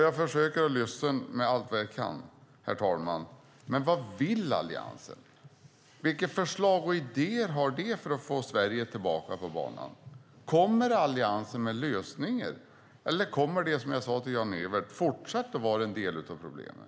Jag försöker att lyssna så mycket jag kan, herr talman, men vad vill Alliansen? Vilka förslag och idéer har man för att få Sverige tillbaka på banan? Kommer Alliansen med lösningar eller kommer man att fortsätta vara en del av problemet?